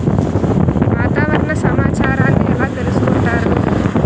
వాతావరణ సమాచారాన్ని ఎలా తెలుసుకుంటారు?